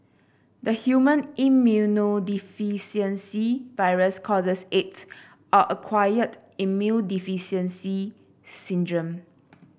the human immunodeficiency virus causes aids or acquired immune deficiency syndrome